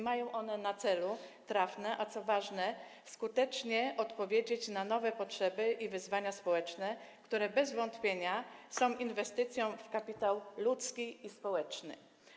Mają one na celu trafnie i, co ważne, skutecznie odpowiedzieć na nowe potrzeby i wyzwania społeczne, co wątpienia jest inwestycją w kapitał ludzki i społeczny.